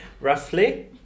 roughly